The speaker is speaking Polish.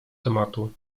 tematu